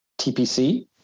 TPC